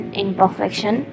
imperfection